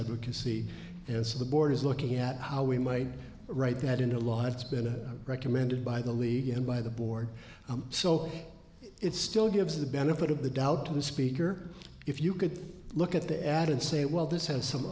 advocacy and so the board is looking at how we might write that into law it's been a recommended by the league and by the board so it still gives the benefit of the doubt to the speaker if you could look at the ad and say well this has some